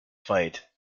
fight